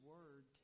Word